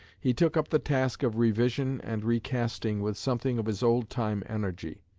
he took up the task of revision and recasting with something of his old-time energy.